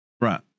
Right